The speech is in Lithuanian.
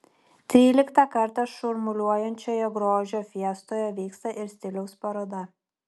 tryliktą kartą šurmuliuojančioje grožio fiestoje vyksta ir stiliaus paroda